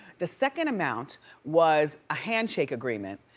the second amount was a handshake agreement.